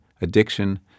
Addiction